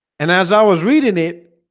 and as i was reading it.